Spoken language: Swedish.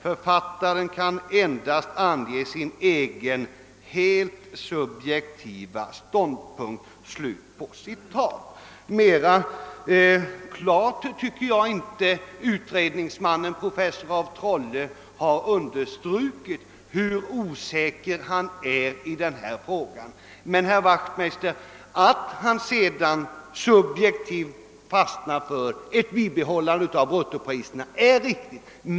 Författaren kan endast ange sin egen helt subjektiva ståndpunkt.» Mera klart tycker jag inte att utredningsmannen, professor af Trolle, kunde ha uttryckt hur osäker han är i denna fråga. Det är riktigt, herr Wachtmeister, att professor af Trolle sedan subjektivt fastnar för ett bibehållande av bruttopriserna.